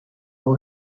all